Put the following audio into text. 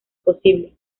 posible